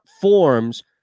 forms